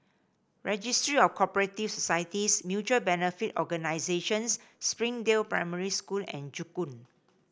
Registry of Co operative Societies Mutual Benefit Organisations Springdale Primary School and Joo Koon